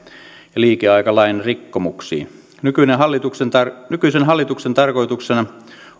ja liikeaikalain rikkomuksiin nykyisen hallituksen tarkoituksena